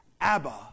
Abba